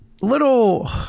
Little